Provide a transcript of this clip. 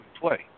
play